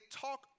talk